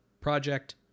project